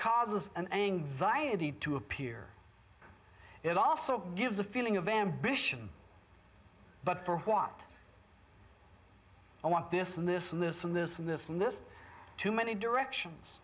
causes an anxiety to appear it also gives a feeling of ambition but for what i want this and this listen this and this and this too many directions